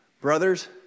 Brothers